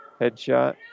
Headshot